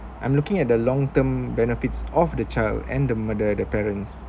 I'm looking at the long term benefits of the child and the murder of the parents